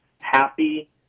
happy